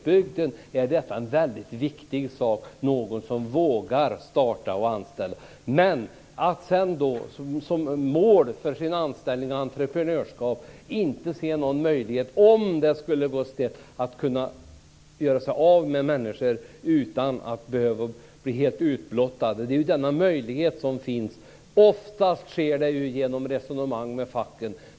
Det är en väldigt viktig sak för glesbygden att någon vågar starta ett företag och anställa människor. Dessa entreprenörer som anställer människor har inte kunnat se någon möjlighet att göra sig av med människor om det skulle gå snett utan att behöva bli helt utblottat. Det är denna möjlighet som finns nu. Oftast sker ju detta genom resonemang med facken.